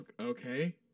Okay